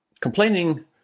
complaining